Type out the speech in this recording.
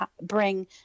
bring